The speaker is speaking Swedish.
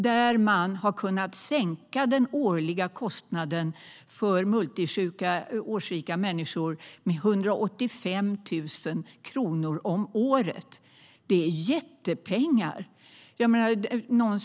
Här har man kunnat sänka kostnaden för multisjuka årsrika människor med 185 000 om året. Det är jättepengar.